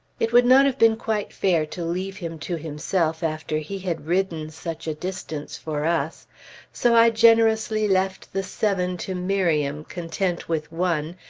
it would not have been quite fair to leave him to himself after he had ridden such a distance for us so i generously left the seven to miriam, content with one,